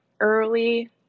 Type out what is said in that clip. early